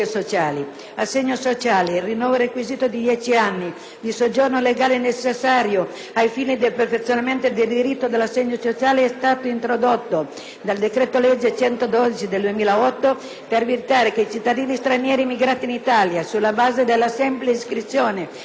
di soggiorno legale necessario ai fini del perfezionamento del diritto all'assegno sociale è stato introdotto con il decreto-legge n. 112 del 2008 per evitare che cittadini stranieri immigrati in Italia sulla base della semplice iscrizione anagrafica possano usufruire della prestazione assistenziale.